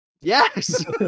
Yes